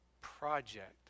project